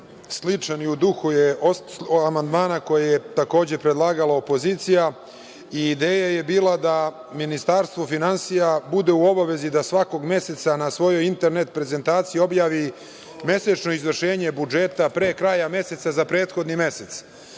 sličan i u duhu je amandmana koji je takođe predlagala opozicija i ideja je bila da Ministarstvo finansija bude u obavezi da svakog meseca, na svojoj internet prezentaciji objavi mesečno izvršenje budžeta, pre kraja meseca, za prethodni mesec.